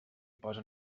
posa